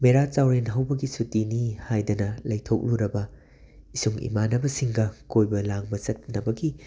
ꯃꯦꯔꯥ ꯆꯥꯎꯔꯦꯟ ꯍꯧꯕꯒꯤ ꯁꯨꯇꯤꯅꯤ ꯍꯥꯏꯗꯅ ꯂꯩꯊꯣꯛꯎꯔꯕ ꯏꯁꯨꯡ ꯏꯃꯥꯟꯅꯕꯁꯤꯡꯒ ꯀꯣꯏꯕ ꯂꯥꯡꯕ ꯆꯠꯅꯕꯒꯤ